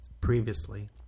previously